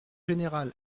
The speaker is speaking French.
général